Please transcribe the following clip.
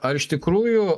ar iš tikrųjų